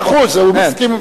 מאה אחוז, הוא מסכים.